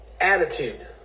attitude